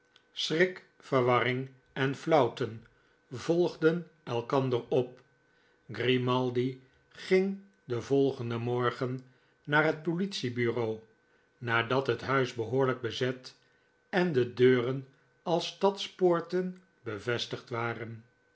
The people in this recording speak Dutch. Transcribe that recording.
schrik verwarring en flauwten volgden elkander op grimaldi ging den volgenden morgen naar het politie-bureau nadat het huis behoorlijk bezet en de deuren als stadspoorten bevestigd waren